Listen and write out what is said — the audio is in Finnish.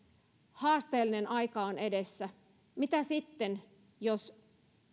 haasteellinen aika on edessä mitä sitten jos